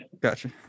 Gotcha